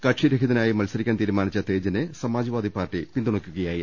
കക്ഷിരഹിതനായി മത്സരിക്കാൻ തീരുമാനിച്ച തേജിനെ സമാജ് വാദി പാർട്ടി പിന്തുണക്കുകയായിരുന്നു